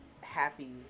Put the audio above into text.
happy